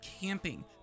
camping